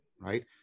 right